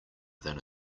than